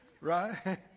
right